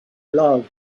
love